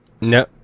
No